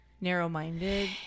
narrow-minded